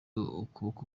ukuboko